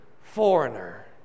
foreigner